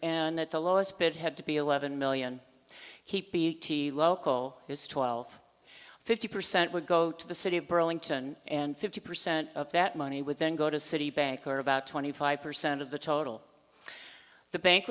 and that the lowest bid had to be eleven million keep beattie local his twelve fifty percent would go to the city of burlington and fifty percent of that money would then go to citibank or about twenty five percent of the total the bank